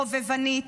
חובבנית,